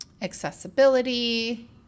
accessibility